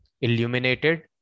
illuminated